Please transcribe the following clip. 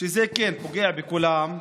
שזה פוגע בכולם,